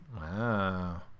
Wow